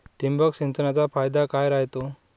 ठिबक सिंचनचा फायदा काय राह्यतो?